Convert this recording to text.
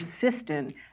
persistent